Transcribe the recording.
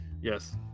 Yes